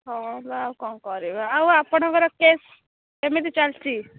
ହଁ ବା ଆଉ କ'ଣ କରିବା ଆଉ ଆପଣଙ୍କର କେସ୍ କେମିତି ଚାଲିଛି